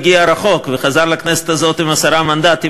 הגיע רחוק וחזר לכנסת הזאת עם עשרה מנדטים.